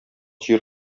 җир